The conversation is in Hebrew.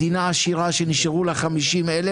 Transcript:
מדינה עשירה שנשארו לה 50,000,